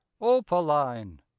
Opaline